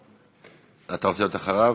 אתה רוצה להיות אחריו?